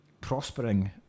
prospering